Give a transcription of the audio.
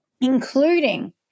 including